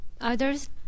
Others